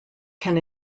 can